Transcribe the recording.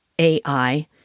AI